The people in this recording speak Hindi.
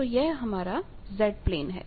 तो यह हमारा Z प्लेन है